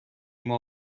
ﮔﺮﮔﺎﻥ